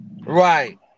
Right